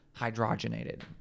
hydrogenated